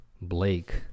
Blake